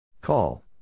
Call